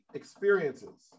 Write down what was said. experiences